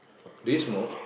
do you smoke